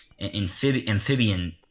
amphibian